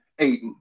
Aiden